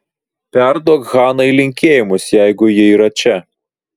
perduok hanai linkėjimus jeigu ji yra čia